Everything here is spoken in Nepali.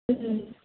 अँ